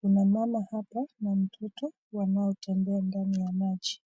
kuna mama hapa na mtoto wanaotembea ndani ya maji.